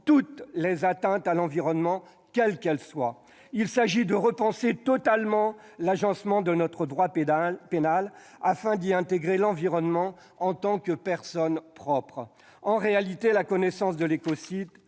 toutes les atteintes à l'environnement, quelles qu'elles soient. Très bien ! Il s'agit de repenser totalement l'agencement de notre droit pénal afin d'y intégrer l'environnement en tant que personne propre. La reconnaissance de l'écocide